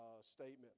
statement